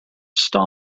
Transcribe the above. star